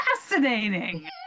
fascinating